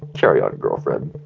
carry on, girlfriend.